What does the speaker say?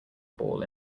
ball